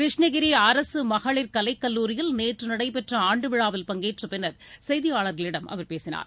கிருஷ்ணகிரி அரசு மகளிர் கலைக் கல்லூரியில் நேற்று நடைபெற்ற ஆண்டுவிழாவில் பங்கேற்ற பின்னர் செய்தியாளர்களிடம் அவர் பேசினார்